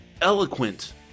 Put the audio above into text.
eloquent